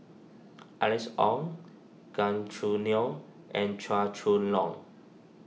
Alice Ong Gan Choo Neo and Chua Chong Long